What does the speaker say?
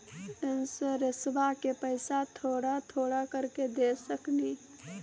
इंश्योरेंसबा के पैसा थोड़ा थोड़ा करके दे सकेनी?